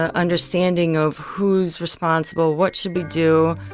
ah understanding of, who's responsible? what should we do?